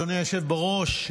אדוני היושב בראש,